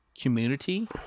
community